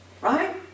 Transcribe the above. Right